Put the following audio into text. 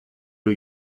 new